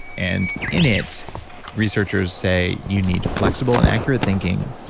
and in it researchers say you need flexible and accurate thinking,